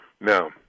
now